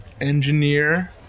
engineer